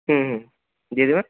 হুম হুম দিয়ে দিবো